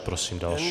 Prosím další.